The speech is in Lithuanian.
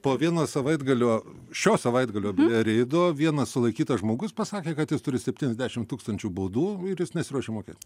po vieno savaitgalio šio savaitgalio reido vienas sulaikytas žmogus pasakė kad jis turi septyniasdešimt tūkstančių baudų ir jis nesiruošia mokėt